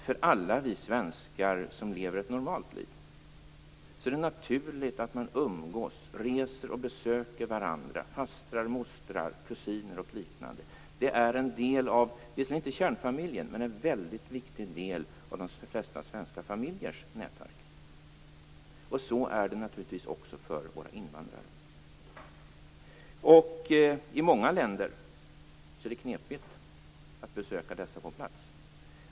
För de av oss svenskar som lever ett normalt liv är det dock naturligt att umgås med, resa till och besöka sina fastrar, mostrar, kusiner m.fl. Dessa tillhör visserligen inte kärnfamiljen men är en väldigt viktig del av de flesta svenska familjers nätverk. Så är det naturligtvis också för våra invandrare. I många länder är det knepigt att besöka dessa på plats.